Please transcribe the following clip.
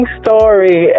story